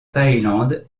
thaïlande